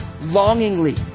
longingly